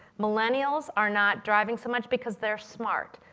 millennials are not driving so much, because they're smart,